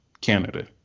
Canada